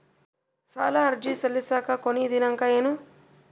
ಸಾಲ ಅರ್ಜಿ ಸಲ್ಲಿಸಲಿಕ ಕೊನಿ ದಿನಾಂಕ ಏನು?